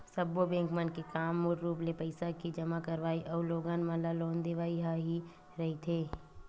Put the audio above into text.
सब्बो बेंक मन के काम मूल रुप ले पइसा के जमा करवई अउ लोगन मन ल लोन देवई ह ही रहिथे